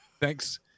thanks